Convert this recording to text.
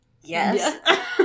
Yes